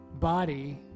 body